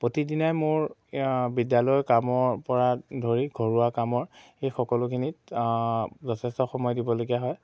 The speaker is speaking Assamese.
প্ৰতিদিনাই মোৰ বিদ্যালয়ৰ কামৰ পৰা ধৰি ঘৰুৱা কামৰ সেই সকলোখিনিত যথেষ্ট সময় দিবলগীয়া হয়